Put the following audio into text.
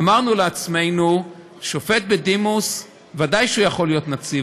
אמרנו לעצמנו ששופט בדימוס ודאי יכול להיות נציב,